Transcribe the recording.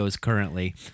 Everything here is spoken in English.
currently